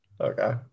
okay